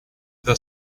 the